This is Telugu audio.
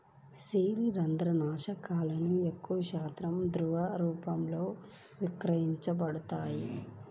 శిలీంద్రనాశకాలు ఎక్కువశాతం ద్రవ రూపంలోనే విక్రయించబడతాయి